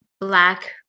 black